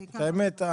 את האמת,